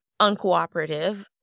uncooperative